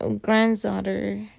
granddaughter